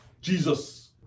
Jesus